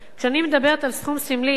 כשאני מדברת על סכום סמלי,